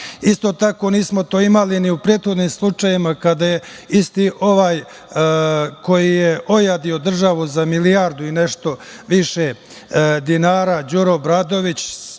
tako, nismo to imali ni u prethodnim slučajevima kada je isti ovaj koji je ojadio državu za milijardu i nešto više dinara, Đuro Obradović